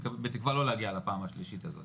בתקווה לא להגיע לפעם השלישית הזאת,